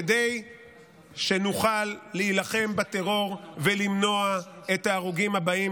כדי שנוכל להילחם בטרור ולמנוע את ההרוגים הבאים,